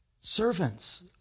Servants